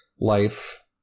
life